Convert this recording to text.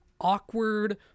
awkward